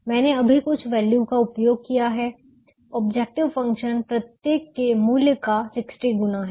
मैंने अभी कुछ वैल्यू का उपयोग किया है ऑब्जेक्टिव फंक्शन प्रत्येक के मूल्य का 60 गुना है